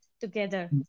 together